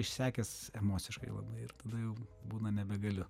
išsekęs emociškai labai ir tada jau būna nebegaliu